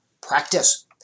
practice